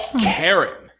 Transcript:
Karen